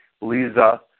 Lisa